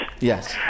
Yes